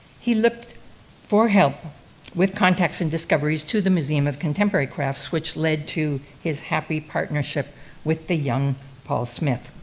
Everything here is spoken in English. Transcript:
he looked for help with contacts in discoveries to the museum of contemporary crafts, which led to his happy partnerships with the young paul smith.